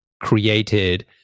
created